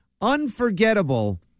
unforgettable